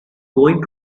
going